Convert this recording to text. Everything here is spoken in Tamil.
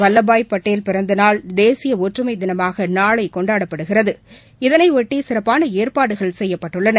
வல்லபாய் பட்டேல் பிறந்தநாள் தேசியஒற்றுமைதினமாகநாளைகொண்டாடப்படுகிறது சர்தார் இதனையொட்டிசிறப்பானஏற்பாடுகள் செய்யப்பட்டுள்ளன